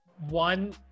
one